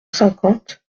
cinquante